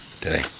today